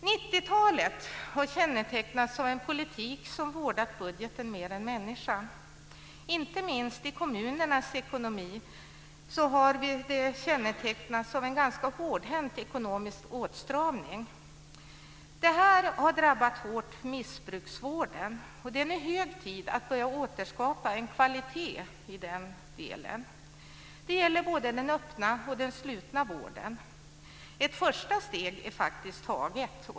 90-talet har kännetecknats av en politik som vårdat budgeten mer än människan. Inte minst kommunernas ekonomi har kännetecknats av en ganska hårdhänt ekonomisk åtstramning. Det har drabbat missbruksvården hårt. Det är nu hög tid att börja återskapa en kvalitet i den delen. Det gäller både den öppna och den slutna vården. Ett första steg är faktiskt taget.